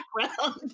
background